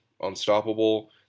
unstoppable